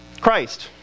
Christ